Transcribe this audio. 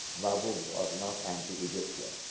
mabu was not anti-egyptian.